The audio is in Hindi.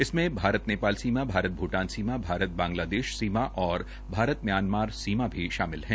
इसमें भारत नेपाल सीमा भारत भूटान सीमा भारत बांगलादेश सीमा व भारत म्यानमार सीमा भी शामिल है